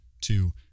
Two